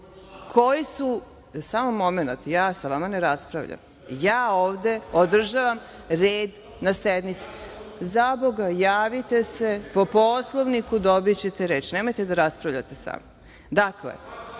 koji su…Samo momenat, ja sa vama ne raspravljam, ja ovde održavam red na sednici. Zaboga, javite se, po Poslovniku dobićete reč. Nemojte da raspravljate sa